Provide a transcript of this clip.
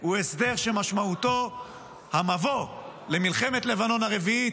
הוא הסדר שמשמעותו המבוא למלחמת לבנון הרביעית,